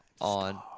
on